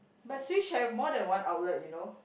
but Switch have more than one outlet you know